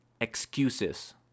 excuses